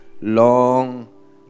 long